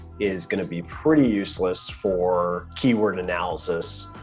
is gonna be pretty useless for keyword analysis.